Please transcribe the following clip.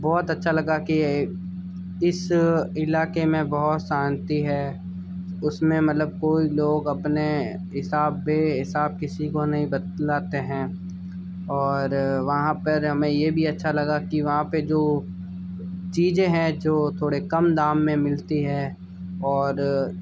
बहुत अच्छा लगा के इस इलाके में बहुत शान्ति है उसमें मतलब कोई लोग अपने हिसाब बेहिसाब किसी को नहीं बतलाते हैं और वहाँ पर हमें ये भी अच्छा लगा कि वहाँ पे जो चीज़ें हैं जो थोड़े कम दाम में मिलती हैं और